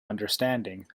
understanding